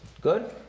Good